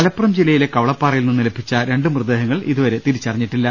മലപ്പുറം ജില്ലയിലെ കവളപ്പാറയിൽനിന്നും ലഭിച്ച രണ്ട് മൃത ദേഹങ്ങൾ ഇതുവരെ തിരിച്ചറിഞ്ഞിട്ടില്ല